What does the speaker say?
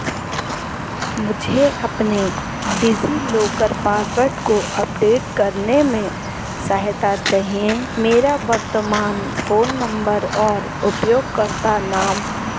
मुझे अपने DigiLocker password को अपडेट करने में सहायता चाहिए मेरा वर्तमान फोन नंबर और उपयोगकर्ता नाम